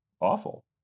awful